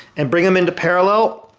and bring them into parallel.